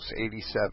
87